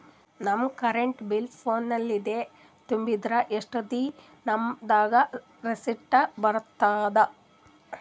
ನಮ್ current bill ಫೋನ ಲಿಂದೇ ತುಂಬಿದ್ರ, ಎಷ್ಟ ದಿ ನಮ್ ದಾಗ ರಿಸಿಟ ಬರತದ?